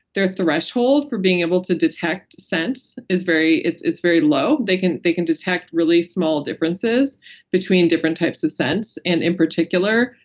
their threshold for being able to detect scents is very, it's it's very low. they can they can detect really small differences between different types of scents and in particular,